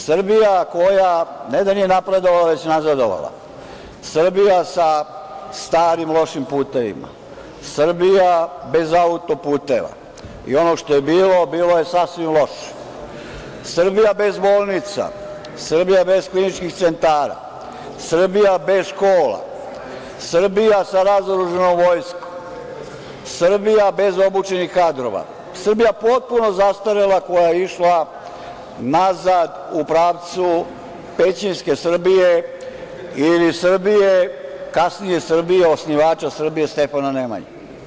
Srbija koja, ne da nije napredovala, već nazadovala, Srbija sa starim, lošim putevima, Srbija bez autoputeva, i ono što je bilo bilo je sasvim loše, Srbija bez bolnica, Srbija bez kliničkih centara, Srbija bez škola, Srbija sa razoružanom vojskom, Srbija bez obučenih kadrova, Srbija potpuno zastarela koja je išla nazad, u pravcu pećinske Srbije ili Srbije, kasnije Srbije, osnivača Srbije, Stefana Nemanja.